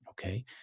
okay